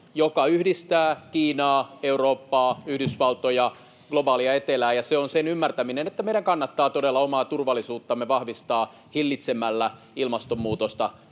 joka yhdistää Kiinaa, Eurooppaa, Yhdysvaltoja, globaalia etelää, ja se on sen ymmärtäminen, että meidän kannattaa todella omaa turvallisuuttamme vahvistaa hillitsemällä ilmastonmuutosta